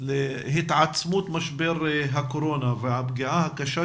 להתעצמות משבר הקורונה והפגיעה הקשה